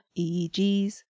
eegs